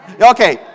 Okay